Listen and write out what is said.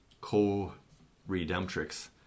co-redemptrix